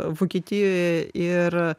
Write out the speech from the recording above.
vokietijoje ir